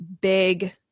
big